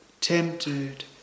tempted